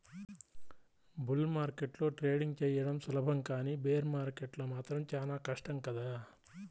bull మార్కెట్లో trading చెయ్యడం సులభం కానీ బేర్ మార్కెట్లో మాత్రం చానా కష్టం కదా